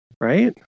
right